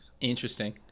Interesting